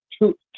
two